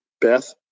Beth